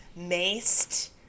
maced